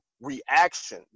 reaction